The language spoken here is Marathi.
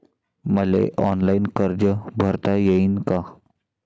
मले ऑनलाईन कर्ज भरता येईन का?